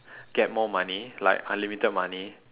get more money like unlimited money